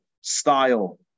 style